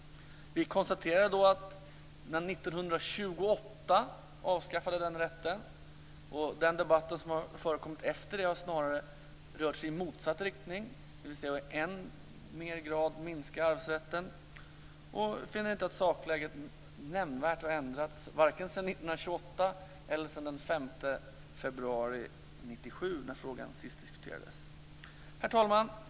Vi konstaterade då att denna rätt avskaffades 1928. Den efterföljande debatten har snarare rört sig i motsatt riktning, dvs. att i än högre grad minska arvsrätten. Utskottet finner inte att sakläget har ändrats nämnvärt, vare sig sedan 1928 eller sedan den 5 februari 1997, då frågan senast diskuterades. Herr talman!